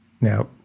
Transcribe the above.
Now